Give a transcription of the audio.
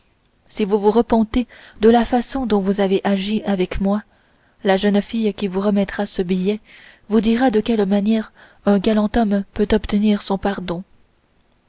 si vous vous repentez de la façon dont vous avez agi avec moi la jeune fille qui vous remettra ce billet vous dira de quelle manière un galant homme peut obtenir son pardon